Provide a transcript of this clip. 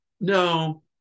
no